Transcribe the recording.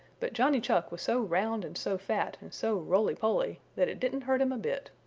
but johnny chuck was so round and so fat and so roly-poly that it didn't hurt him a bit.